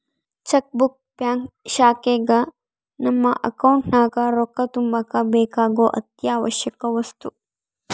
check book bank ಶಾಖೆಗ ನಮ್ಮ account ನಗ ರೊಕ್ಕ ತಗಂಬಕ ಬೇಕಾಗೊ ಅತ್ಯಾವಶ್ಯವಕ ವಸ್ತು